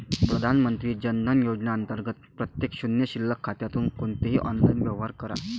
प्रधानमंत्री जन धन योजना अंतर्गत प्रत्येक शून्य शिल्लक खात्यातून कोणतेही ऑनलाइन व्यवहार करा